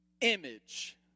image